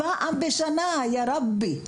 פעם בשנה, יא רבי,